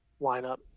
lineup